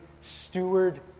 steward